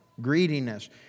Greediness